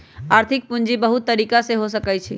आर्थिक पूजी बहुत तरिका के हो सकइ छइ